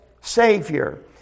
Savior